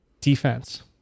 defense